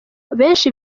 benshi